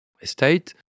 Estate